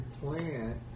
plant